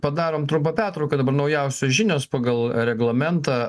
padarom trumpą pertrauką naujausios žinios pagal reglamentą